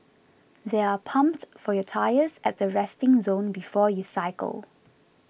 there are pumps for your tyres at the resting zone before you cycle